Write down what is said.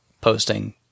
posting